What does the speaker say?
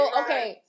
okay